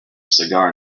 cigar